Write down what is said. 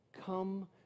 Come